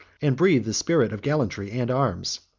and breathe the spirit of gallantry and arms.